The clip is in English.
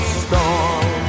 storm